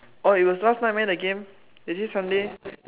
oh it was last night meh the game isn't it Sunday